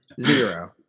Zero